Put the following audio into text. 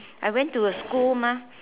I went to a school ah